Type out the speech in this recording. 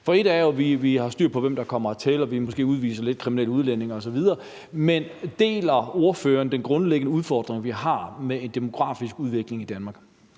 For ét er jo, at vi har styr på, hvem der kommer hertil, og at vi måske udviser lidt kriminelle udlændinge osv., men deler ordføreren, at vi har en grundlæggende udfordring med den demografiske udvikling i Danmark?